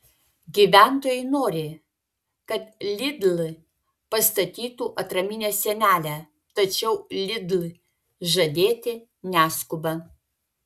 gyventojai nori kad lidl pastatytų atraminę sienelę tačiau lidl žadėti neskuba